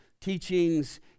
teachings